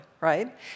right